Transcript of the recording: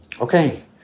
Okay